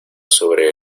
sobre